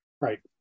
Right